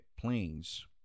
planes